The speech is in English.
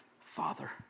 Father